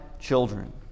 children